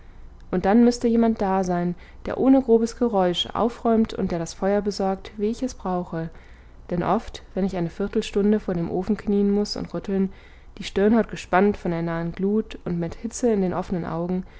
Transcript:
und dann müßte jemand da sein der ohne grobes geräusch aufräumt und der das feuer besorgt wie ich es brauche denn oft wenn ich eine viertelstunde vor dem ofen knien muß und rütteln die stirnhaut gespannt von der nahen glut und mit hitze in den offenen augen